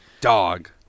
dog